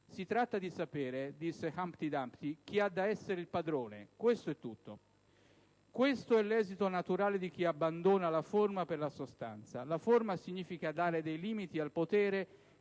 "Si tratta di sapere", disse Humpty Dumpty, "chi ha da essere il padrone... Questo è tutto"». Questo è l'esito naturale di chi abbandona la forma per la sostanza. La forma significa dare limiti al potere